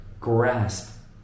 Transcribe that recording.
grasp